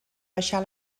baixar